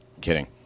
Kidding